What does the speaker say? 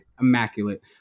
immaculate